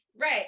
right